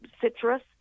citrus